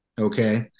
okay